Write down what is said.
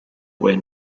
where